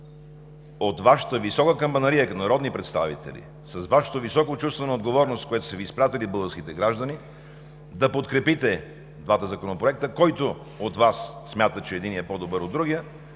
от Вашата висока камбанария като народни представители, с Вашето високо чувство на отговорност, с което са Ви изпратили българските граждани, да подкрепите двата законопроекта, който от Вас смята, че единият е по-добър от другия,